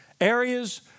areas